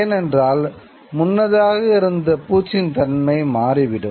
ஏனென்றால் முன்னதாக இருந்த பூச்சின் தன்மை மாறிவிடும்